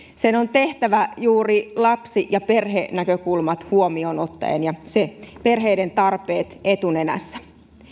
se on tehtävä juuri lapsi ja perhenäkökulmat huomioon ottaen ja perheiden tarpeet etunenässä